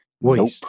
nope